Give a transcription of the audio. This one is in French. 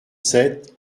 sept